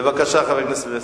בבקשה, חבר הכנסת פלסנר.